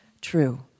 true